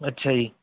ਅੱਛਾ ਜੀ